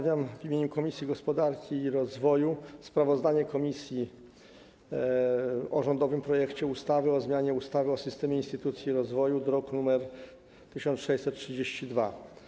W imieniu Komisji Gospodarki i Rozwoju przedstawiam sprawozdanie o rządowym projekcie ustawy o zmianie ustawy o systemie instytucji rozwoju, druk nr 1632.